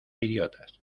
idiotas